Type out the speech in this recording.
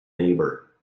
neighbour